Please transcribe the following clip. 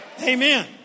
Amen